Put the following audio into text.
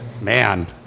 Man